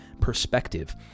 perspective